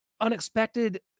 unexpected